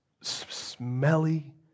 smelly